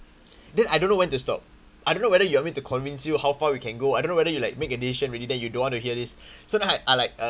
then I don't know when to stop I don't know whether you want me to convince you how far we can go I don't know whether you like make a decision already then you don't want to hear so then I I like uh